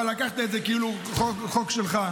אבל לקחת את זה כאילו חוק שלך.